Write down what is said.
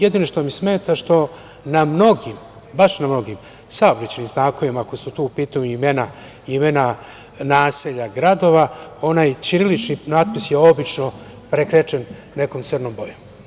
Jedino što mi smeta što na mnogim, baš na mnogim saobraćajnim znakovima ako su to u pitanju imena naselja, gradova, onaj ćirilični natpis je obično prekrečen nekom crnom bojom.